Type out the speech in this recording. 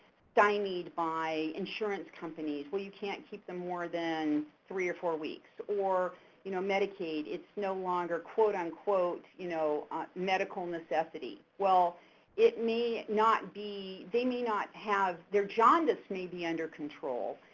stymied by insurance companies, you can't keep them more than three or four weeks or you know medicaid, it's no longer quote unquote you know medical necessity well it may not be, they may not have their jaundice may be under control,